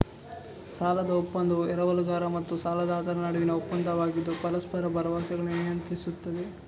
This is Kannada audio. ಸಾಲದ ಒಪ್ಪಂದವು ಎರವಲುಗಾರ ಮತ್ತು ಸಾಲದಾತರ ನಡುವಿನ ಒಪ್ಪಂದವಾಗಿದ್ದು ಪರಸ್ಪರ ಭರವಸೆಗಳನ್ನು ನಿಯಂತ್ರಿಸುತ್ತದೆ